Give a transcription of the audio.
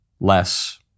less